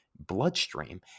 bloodstream